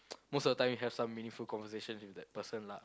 most of the time you have some meaningful conversations with that person lah